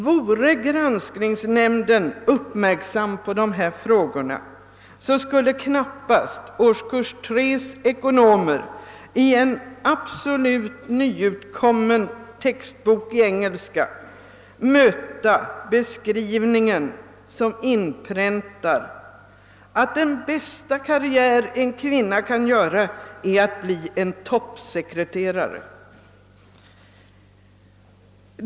Vore granskningsnämnden uppmärksam på dessa frågor, skulle knappast ekonomerna i årskurs 3 i en absolut nyutkommen textbok i engelska möta en beskrivning, som inpräntar att den bästa karriär en kvinna kan göra är att bli en toppsekreterare.